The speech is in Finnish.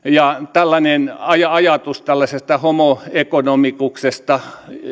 tällainen ajatus tällaisesta homo economicuksesta